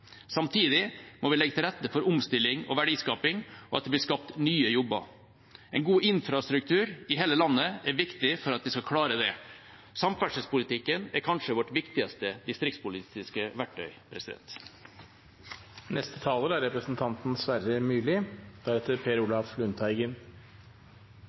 Samtidig må vi legge til rette for omstilling og verdiskaping og at det blir skapt nye jobber. En god infrastruktur i hele landet er viktig for at vi skal klare det. Samferdselspolitikken er kanskje vårt viktigste distriktspolitiske verktøy.